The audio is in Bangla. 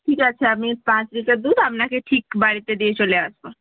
ঠিক আছে আমি পাঁচ লিটার দুধ আপনাকে ঠিক বাড়িতে দিয়ে চলে আসবো